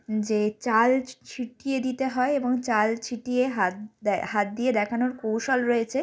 যে চাল ছিটিয়ে দিতে হয় এবং চাল ছিটিয়ে হাত দেয় হাত দিয়ে দেখানোর কৌশল রয়েছে